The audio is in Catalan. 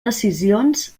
decisions